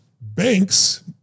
Banks